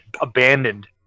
abandoned